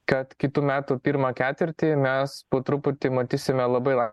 kad kitų metų pirmą ketvirtį mes po truputį matysime labai la